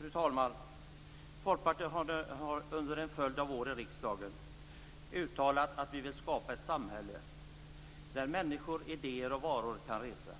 Fru talman! Folkpartiet har under en följd av år i riksdagen uttalat att vi vill skapa ett samhälle där människor, idéer och varor kan resa,